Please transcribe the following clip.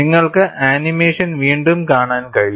നിങ്ങൾക്ക് ആനിമേഷൻ വീണ്ടും കാണാൻ കഴിയും